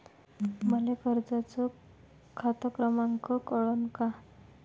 मले कर्जाचा खात क्रमांक कळन का?